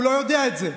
הוא לא יודע את זה,